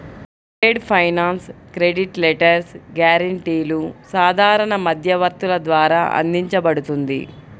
trade finance credit letters, గ్యారెంటీలు సాధారణ మధ్యవర్తుల ద్వారా అందించబడుతుంది